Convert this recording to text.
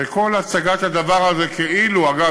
כל הצגת הדבר הזה כאילו אגב,